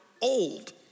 old